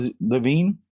Levine